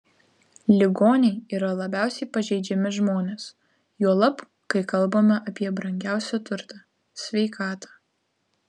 ligoniai yra labiausiai pažeidžiami žmonės juolab kai kalbama apie brangiausią turtą sveikatą